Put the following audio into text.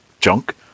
junk